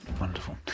Wonderful